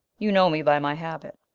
you know me by my habit